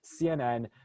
CNN